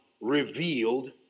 revealed